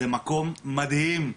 זה מקום מדהים,